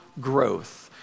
growth